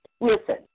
listen